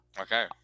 Okay